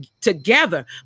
together